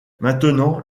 maintenant